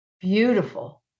Beautiful